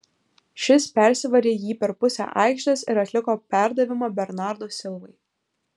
šis persivarė jį per pusę aikštės ir atliko perdavimą bernardo silvai